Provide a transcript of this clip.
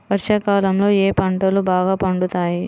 వర్షాకాలంలో ఏ పంటలు బాగా పండుతాయి?